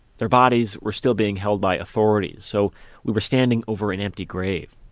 their bodies were still being held by authorities, so we were standing over an empty grave.